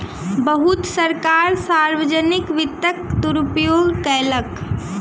बहुत सरकार सार्वजनिक वित्तक दुरूपयोग कयलक